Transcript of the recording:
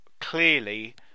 clearly